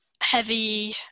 heavy